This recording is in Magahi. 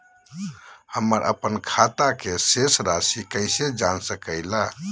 हमर अपन खाता के शेष रासि कैसे जान सके ला?